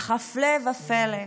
אך הפלא ופלא,